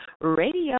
Radio